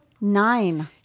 Nine